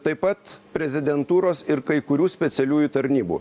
taip pat prezidentūros ir kai kurių specialiųjų tarnybų